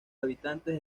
habitantes